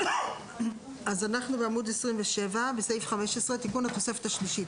אנחנו בעמוד 27 בסעיף 15 תיקון לתוספת השלישית.